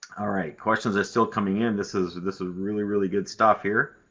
alright, questions are still coming in. this is this is really, really good stuff here.